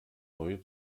neue